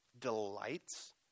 delights